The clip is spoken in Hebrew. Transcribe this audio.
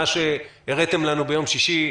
מה שהראיתם לנו ביום שישי,